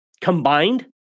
combined